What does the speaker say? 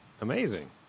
Amazing